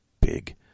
big